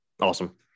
Awesome